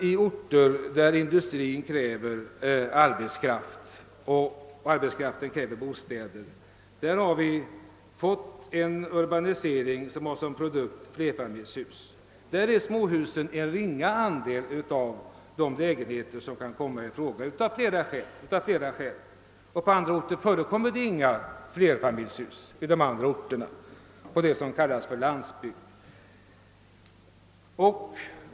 I orter, där industrin kräver arbetskraft och arbetskraften kräver bostäder, har vi fått en urbanisering, som har föranlett byggande av flerfamiljshus. Där utgör småhusen av flera skäl en ringa andel av de lägenheter som kan komma i fråga. På andra orter förekommer inga flerfamiljshus, alltså på vad som kallas för landsbygd.